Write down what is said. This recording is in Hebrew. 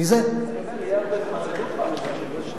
יהיה הרבה זמן לדון בה עכשיו.